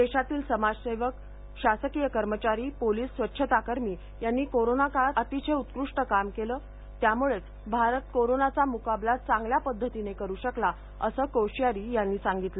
देशातील समाज सेवक शासकीय कर्मचारी पोलीस स्वच्छताकर्मी यांनी कोरोना काळात अतिशय उत्कृष्ट काम केले त्यामुळेच भारत कोरोनाचा मुकाबला चांगल्या पद्धतीने करू शकला असं कोश्यारी यांनी सांगितलं